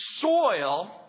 soil